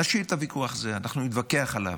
נשאיר את הוויכוח הזה, אנחנו נתווכח עליו,